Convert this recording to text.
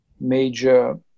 major